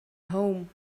home